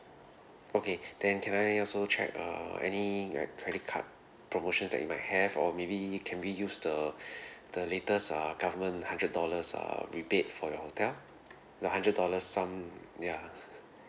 okay then can I also check err any uh credit card promotions that you might have or maybe can we use the the latest err government hundred dollars err rebate for your hotel the hundred dollar sum ya